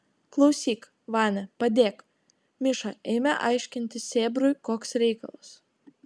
klausyk vania padėk miša ėmė aiškinti sėbrui koks reikalas